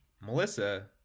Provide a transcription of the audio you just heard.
Melissa